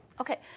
Okay